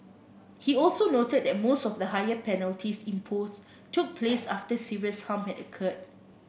he also noted that most of the higher penalties imposed took place after serious harm had occurred